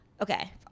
okay